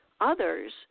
Others